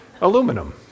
Aluminum